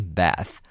bath